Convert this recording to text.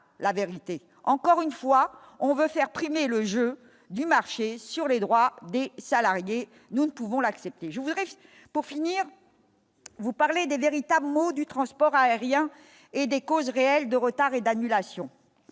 la vérité encore une fois, on veut faire primer le jeu du marché sur les droits des salariés, nous ne pouvons l'accepter, je voudrais juste pour finir, vous parlez des véritables maux du transport aérien et des causes réelles de retards et d'annulations,